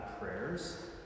prayers